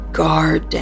guard